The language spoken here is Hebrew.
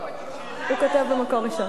לא, "מקור ראשון".